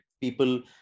people